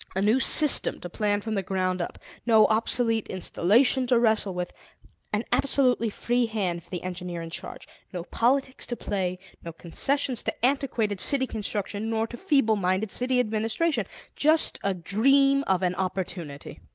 a new system to plan from the ground up no obsolete installation to wrestle with an absolutely free hand for the engineer in charge no politics to play no concessions to antiquated city construction, nor to feeble-minded city administration just a dream of an opportunity.